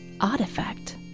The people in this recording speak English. artifact